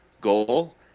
goal